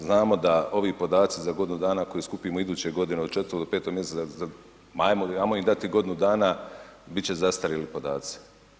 Znamo da ovi podaci za godinu dana koje skupimo iduće godine od 4. do 5. mj., ajmo im dati godinu dana, bit će zastarjeli podaci.